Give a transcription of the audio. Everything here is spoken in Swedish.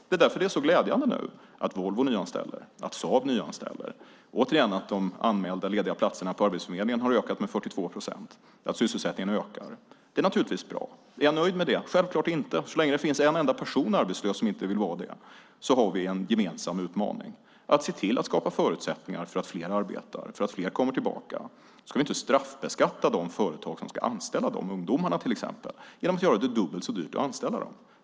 Det är därför det är så glädjande att Volvo nu nyanställer och att Saab nyanställer och - återigen - att antalet anmälda lediga platser på Arbetsförmedlingen har ökat med 42 procent. Sysselsättningen ökar. Det är naturligtvis bra. Är jag nöjd med det? Självfallet inte. Så länge det finns en enda person arbetslös som inte vill vara det har vi en gemensam utmaning att se till att skapa förutsättningar för att fler arbetar och kommer tillbaka. Då ska vi inte straffbeskatta de företag som ska anställa dessa ungdomar, till exempel, genom att göra det dubbelt så dyrt att anställa dem.